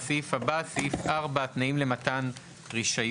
הסעיף הבא: סעיף 4 תנאים למתן רישיון.